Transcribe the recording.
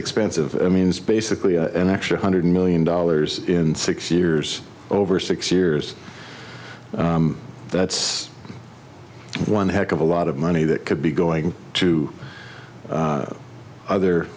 expensive i mean it's basically an extra hundred million dollars in six years over six years that's one heck of a lot of money that could be going to other